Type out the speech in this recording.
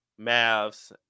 Mavs